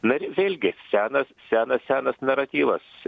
bet vėlgi senas senas senas naratyvas